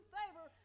favor